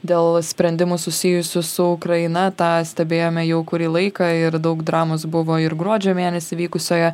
dėl sprendimų susijusių su ukraina tą stebėjome jau kurį laiką ir daug dramos buvo ir gruodžio mėnesį vykusioje